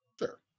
Sure